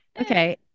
Okay